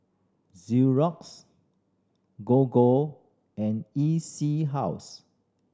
Xorex Gogo and E C House